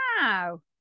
Wow